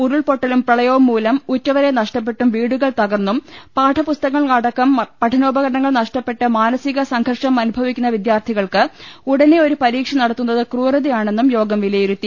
ഉരുൾപൊട്ടലും പ്രളയവും മൂലം ഉറ്റവരെ നഷ്ടപ്പെട്ടും വീടു കൾ തകർന്നും പാഠപുസ്തകങ്ങൾ അടക്കം പഠനോപകരണൾ നഷ്ടപെട്ടും മാനസിക സംഘർഷമനുഭവിക്കുന്ന വിദ്യാർത്ഥികൾക്ക് ഉടനെ ഒരുപരീക്ഷ നടത്തുന്നത് ക്രൂരതയാണെന്ന് യോഗം വിലയിരുത്തി